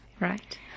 Right